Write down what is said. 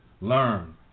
learn